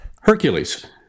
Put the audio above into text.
Hercules